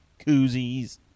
koozies